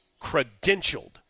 Credentialed